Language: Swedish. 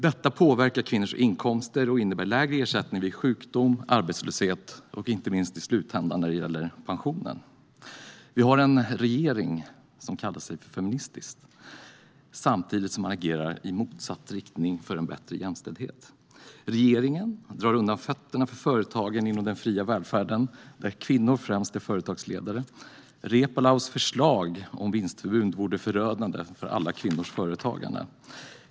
Detta påverkar kvinnors inkomster och innebär lägre ersättning vid sjukdom, arbetslöshet och i slutändan inte minst lägre pension. Vi har en regering som kallar sig för feministisk samtidigt som man agerar i motsatt riktning än för en bättre jämställdhet. Regeringen drar undan fötterna för företagen inom den fria välfärden där kvinnor främst är företagsledare. Reepalus förslag om vinstförbud vore förödande för kvinnors företagande.